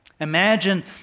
Imagine